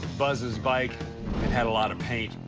buzz's bike, it had a lot of paint.